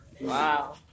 Wow